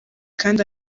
kandi